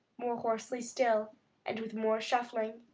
more hoarsely still and with more shuffling,